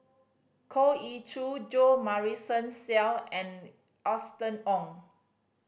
Goh Ee Choo Jo Marion Seow and Austen Ong